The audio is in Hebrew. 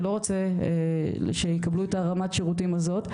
שלא רוצה שיקבלו את רמת השירותים הזאת,